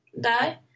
die